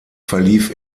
verlief